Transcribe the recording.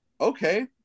Okay